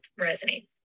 resonate